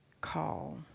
call